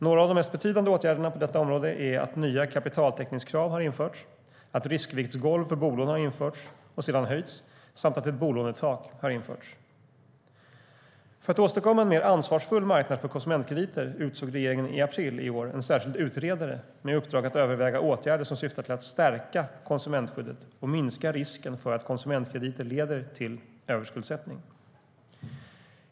Några av de mest betydande åtgärderna på detta område är att nya kapitaltäckningskrav har införts, att riskviktsgolv för bolån har införts och sedan höjts samt att ett bolånetak har införts. För att åstadkomma en mer ansvarsfull marknad för konsumentkrediter utsåg regeringen i april i år en särskild utredare med uppdrag att överväga åtgärder som syftar till att stärka konsumentskyddet och minska risken för att konsumentkrediter leder till överskuldsättning.